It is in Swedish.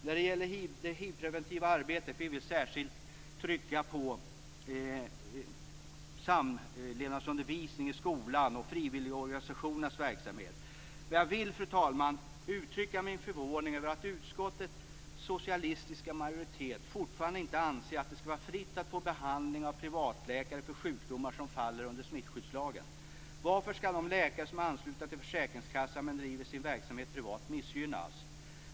När det gäller det hivpreventiva arbetet vill vi särskilt trycka på samlevnadsundervisningen i skolan och frivilligorganisationernas verksamhet, men jag vill dessutom uttrycka min förvåning över att utskottets socialistiska majoritet fortfarande inte anser att det skall vara fritt att få behandling av privatläkare för sjukdomar som faller under smittskyddslagen. Varför skall de läkare som är anslutna till försäkringskassan, men som driver sin verksamhet privat missgynnas?